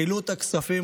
חילוט הכספים,